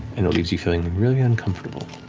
and it leaves you feeling really uncomfortable.